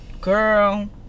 Girl